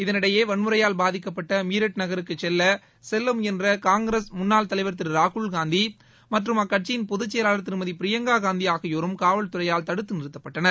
இதனிடையே வன்முறையால் பாதிக்கப்பட்ட மீரட் நகருக்கு செல்ல முயன்ற காங்கிரஸ் முன்னாள் தலைவர் திரு ராகுல்காந்தி மற்றும் அக்கட்சியின் பொதுச்செயவாளர் திருமதி பிரியங்கா காந்தி ஆகியோரும் காவல்துறையால் தடுத்து நிறுத்தப்பட்டனர்